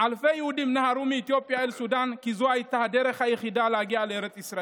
שלפיה כל אדם אחראי על שלומו ורווחתו של